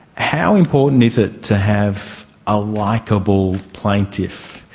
how important is it to have a likeable plaintiff?